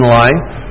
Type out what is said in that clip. life